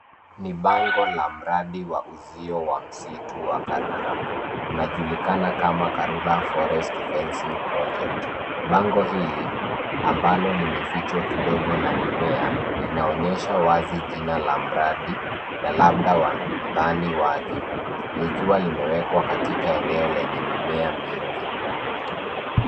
Ni bango la mradi wa uzio wa msitu wa Karura. Unajulikana kama Karura Forest Fencing Project. Bango hili ambalo limefichwa kidogo na mimea, linaonyesha wazi jina la mradi na labda wadhamini wake, likiwa limewekwa katika eneo lenye mimea mingi.